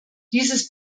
dieses